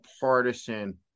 partisan